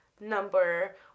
number